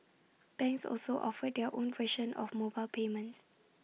banks also offered their own version of mobile payments